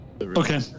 okay